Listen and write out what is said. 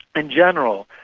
in general,